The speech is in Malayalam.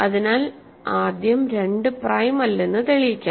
അതിനാൽ ആദ്യം 2 പ്രൈം അല്ലെന്ന് തെളിയിക്കാം